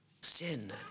Sin